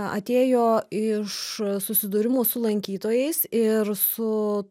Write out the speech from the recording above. atėjo iš susidūrimų su lankytojais ir su